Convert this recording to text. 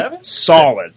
solid